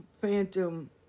phantom